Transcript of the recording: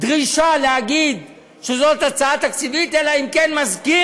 דרישה להגיד שזו הצעה תקציבית אלא אם כן מזכיר